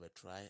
try